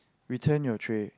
return your tray